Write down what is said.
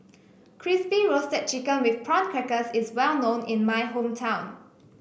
Crispy Roasted Chicken with Prawn Crackers is well known in my hometown